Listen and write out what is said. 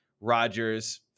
Rodgers